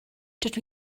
dydw